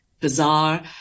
bizarre